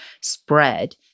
spread